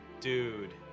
Dude